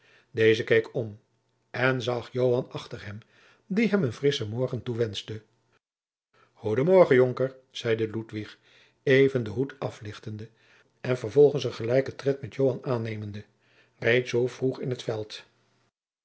deze keek om en zag joan achter hem die hem een frisschen morgen toewenschte goeden morgen jonker zeide ludwig even den hoed aflichtende en vervolgens een gelijken tred met joan aannemende reeds zoo vroeg in het veld